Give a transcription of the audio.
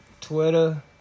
Twitter